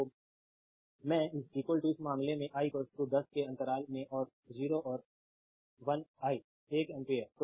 तो मैं इस मामले में i दस के अंतराल में 0 और 1 i एक एम्पियर